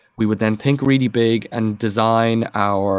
we would then think really big and design our